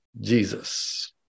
Jesus